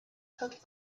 hooked